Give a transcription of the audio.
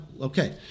Okay